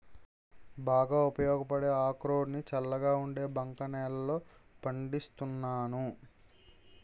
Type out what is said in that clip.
బాగా ఉపయోగపడే అక్రోడ్ ని చల్లగా ఉండే బంక నేలల్లో పండిస్తున్నాను